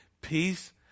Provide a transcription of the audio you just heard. Peace